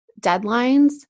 deadlines